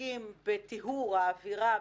עוסקים בטיהור האווירה,